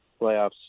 playoffs